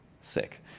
sick